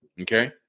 Okay